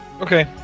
Okay